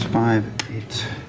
five, eight,